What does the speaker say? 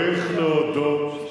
אדוני השר, אנחנו אתך,